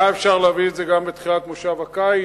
היה אפשר להביא את זה גם בתחילת כנס הקיץ,